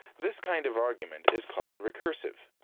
this kind of argument is called recursive.